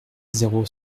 zéro